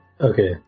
Okay